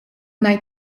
night